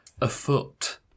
afoot